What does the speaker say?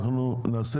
אנחנו נקיים